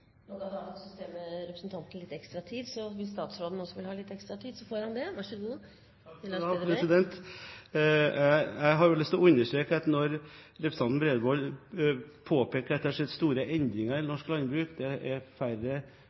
Nå ga datasystemet representanten litt ekstra tid, så hvis statsråden også vil ha litt ekstra tid, får han det. Vær så god! Takk for det, president! Jeg har lyst til å understreke at når representanten Bredvold påpeker at det har skjedd store endringer i norsk landbruk – det er færre